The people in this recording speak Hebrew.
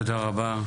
תודה רבה.